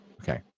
Okay